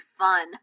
fun